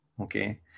okay